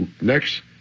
Next